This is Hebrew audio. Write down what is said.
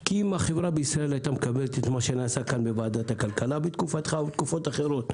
כי אם החברה בישראל היתה מקבלת מה שנעשה פה בתקופתך ובתקופות אחרות,